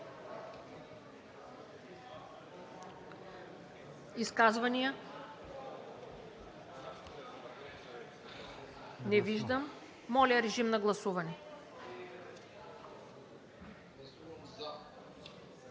текста? Не виждам. Моля, режим на гласуване.